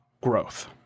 growth